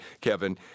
Kevin